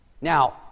Now